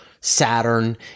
Saturn